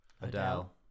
Adele